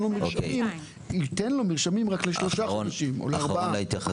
לו מרשמים רק לשלושה או לארבעה חודשים.